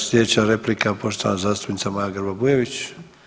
Sljedeća replika poštovana zastupnica Maja Grba-Bujević.